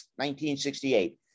1968